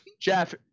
Jeff